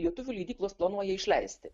lietuvių leidyklos planuoja išleisti